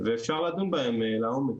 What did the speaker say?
ואפשר לדון בהן לעומק.